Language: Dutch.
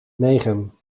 negen